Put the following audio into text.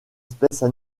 espèces